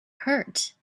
hurt